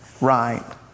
right